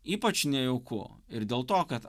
ypač nejauku ir dėl to kad